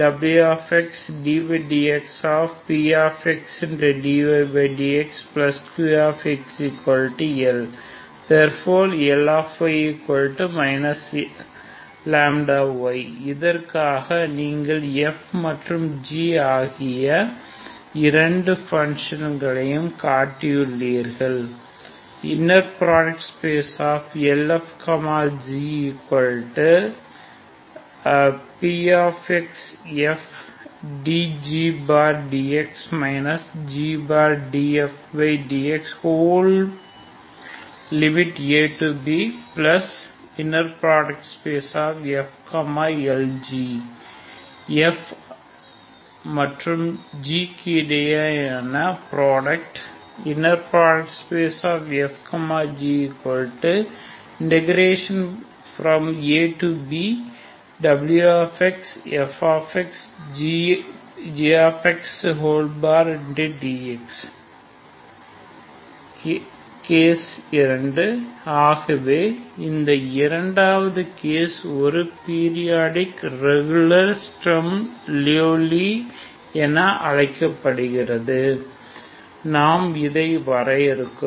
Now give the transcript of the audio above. ddxpxdydxqxyλwxy0x∈ab Where 1wddxpxdydxqxL ∴Ly λy இதற்காக நீங்கள் fg ஆகிய 2 ஃப்பங்க்ஷன்களையும் காட்டியுள்ளீர்கள் Lfgpxfdgdx gdfdx|abfLg fg க்கு இடையேயான புரோடக்ட் fgabwxfxgxdx கேஸ் 2 ப ஆகவே இந்த இரண்டாவது கேஸ் ஒரு பீரியாடிக் ரெகுலர் ஸ்டெர்ம் லியோவ்லி என அழைக்கப்படும் நாம் இதை வரையறுக்கிறோம்